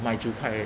卖就快 eh